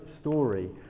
story